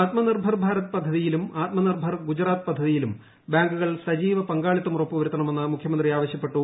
ആത്മനിർഭർ ഭാരത് പദ്ധതിയിലും ആത്മനിർഭർ ഗുജറാത്ത് പദ്ധതിയിലും ബാങ്കുകൾ സജീവ പങ്കാളിത്തം ഉറപ്പുവരുത്തണമെന്ന് മുഖ്യമന്ത്രി ആവശ്യപ്പെട്ടു